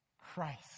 Christ